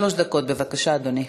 שלוש דקות, בבקשה, אדוני.